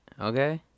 Okay